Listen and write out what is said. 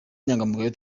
inyangamugayo